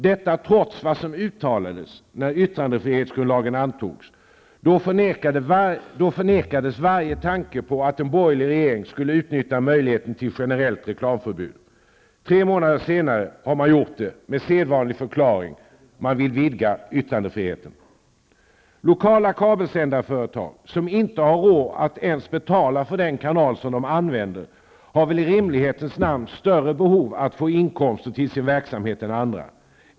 Detta trots vad som uttalades när yttrandefrihetsgrundlagen antogs. Då förnekades varje tanke på att en borgerlig regering skulle utnyttja möjligheten till generellt reklamförbud. Tre månader senare har man gjort det med sedvanlig förklaring: Man vill vidga yttrandefriheten! Lokala kabelsändarföretag som inte har råd att ens betala för den kanal de använder har väl i rimlighetens namn större behov att få inkomster till sin verksamhet än andra.